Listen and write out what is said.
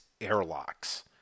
airlocks